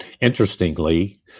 Interestingly